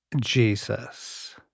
Jesus